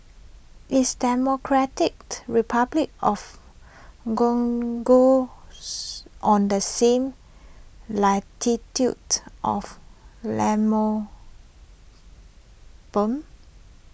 is Democratic Republic of Congo on the same latitude of